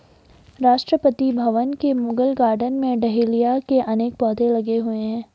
राष्ट्रपति भवन के मुगल गार्डन में डहेलिया के अनेक पौधे लगे हुए हैं